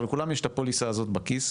אבל לכולם יש את הפוליסה הזאת בכיס,